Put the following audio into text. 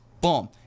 Boom